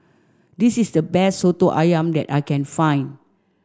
this is the best Soto Ayam that I can find